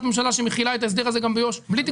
ממשלה שמכילה את ההסדר הזה גם ביהודה ושומרון,